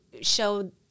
show